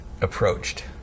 approached